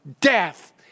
death